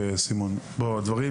אדוני,